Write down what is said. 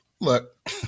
look